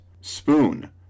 Spoon